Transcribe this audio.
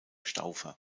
staufer